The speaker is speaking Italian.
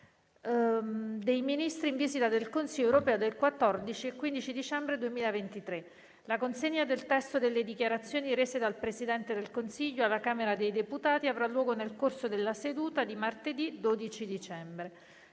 dei ministri in vista del Consiglio europeo del 14 e 15 dicembre 2023. La consegna del testo delle dichiarazioni rese dal Presidente del Consiglio alla Camera dei deputati avrà luogo nel corso della seduta di martedì 12 dicembre.